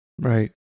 Right